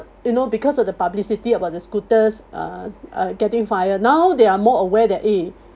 you know because of the publicity about the scooters uh uh getting fire now there are more aware that eh